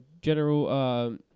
general